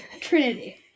Trinity